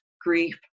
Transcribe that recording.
grief